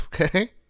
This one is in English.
Okay